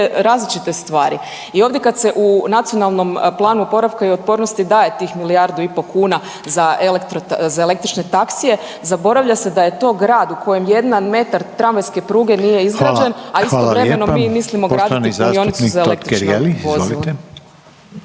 različite stvari i ovdje kad se u Nacionalnom planu oporavka i otpornosti daje tih milijardu i pol kuna za električne taksije, zaboravlja se da je to grad u kojem jedan metar tramvajske pruge nije izgrađen .../Upadica: Hvala, hvala lijepa./... a istovremeno mi